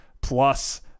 plus